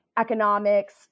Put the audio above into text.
economics